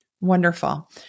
Wonderful